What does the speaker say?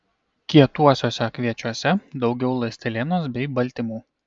kietuosiuose kviečiuose daugiau ląstelienos bei baltymų